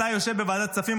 אתה יושב בוועדת כספים,